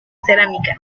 cerámica